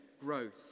growth